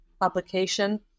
publication